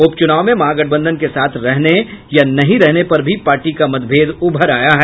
उपचुनाव में महागठबंधन के साथ रहने या नहीं रहने पर भी पार्टी का मतभेद उभर आया है